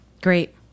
Great